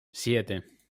siete